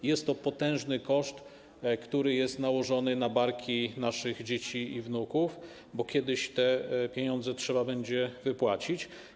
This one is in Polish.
To jest potężny koszt, który jest nałożony na barki naszych dzieci i wnuków, bo kiedyś te pieniądze trzeba będzie wypłacić.